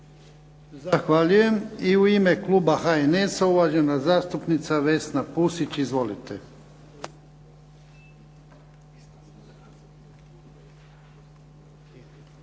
Zahvaljujem. I u ime Kluba HNS-a uvažena zastupnica Vesna Pusić, izvolite.